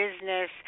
business